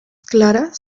claras